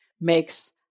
makes